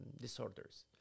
disorders